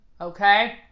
Okay